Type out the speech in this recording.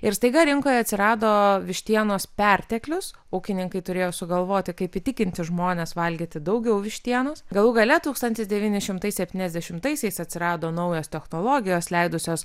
ir staiga rinkoje atsirado vištienos perteklius ūkininkai turėjo sugalvoti kaip įtikinti žmones valgyti daugiau vištienos galų gale tūkstantis devyni šimtai septyniasdešimtaisiais atsirado naujos technologijos leidusios